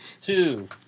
two